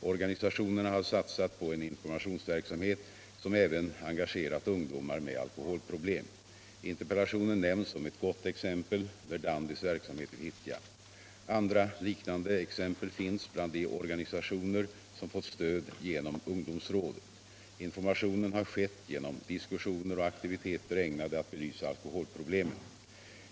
Organisationerna har satsat på en informationsverksamhet som även engagerat ungdomar med alkoholproblem. I interpellationen nämns som ett gott exempel Verdandis verksamhet i Fittja. Andra liknande exempel finns bland de organisationer som fått stöd genom ungdomsrådet. Informationen har skett genom diskussioner och aktiviteter, ägnade att belysa alkoholproblemen.